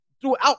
Throughout